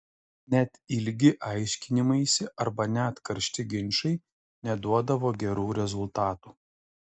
net ilgi aiškinimaisi arba net karšti ginčai neduodavo gerų rezultatų